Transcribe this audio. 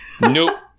nope